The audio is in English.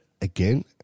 again